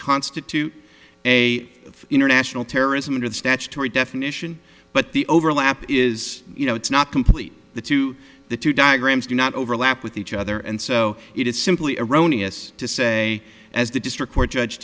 constitute a international terrorism under the statutory definition but the overlap is you know it's not complete the two the two diagrams do not overlap with each other and so it is simply erroneous to say as the district court judge